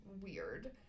weird